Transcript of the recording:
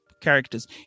characters